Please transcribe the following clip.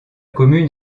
commune